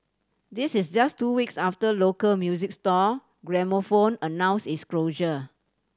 this is just two weeks after local music store Gramophone announced its closure